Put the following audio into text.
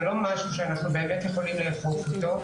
לא משהו שאנחנו באמת יכולים לאכוף אותו.